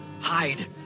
Hide